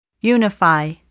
Unify